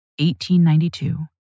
1892